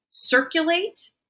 circulate